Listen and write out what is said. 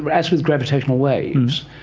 as with gravitational waves,